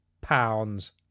pounds